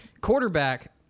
quarterback